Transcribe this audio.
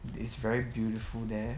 it is very beautiful there